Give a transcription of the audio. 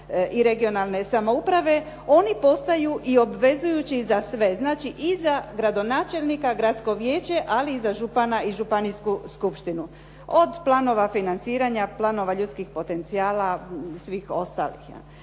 i regionalne samouprave oni postaju i obvezujući i za sve, znači i za gradonačelnika, gradsko vijeće ali i za župana i županijsku skupštinu. Od planova financiranja, planova ljudskih potencijala, svih ostalih.